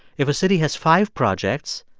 if a city has five projects,